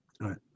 Right